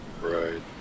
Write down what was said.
Right